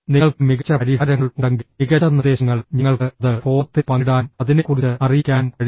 നിങ്ങൾക്ക് മികച്ച പരിഹാരങ്ങൾ ഉണ്ടെങ്കിൽ മികച്ച നിർദ്ദേശങ്ങൾ ഞങ്ങൾക്ക് അത് ഫോറത്തിൽ പങ്കിടാനും അതിനെക്കുറിച്ച് അറിയിക്കാനും കഴിയും